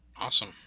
awesome